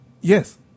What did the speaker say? Yes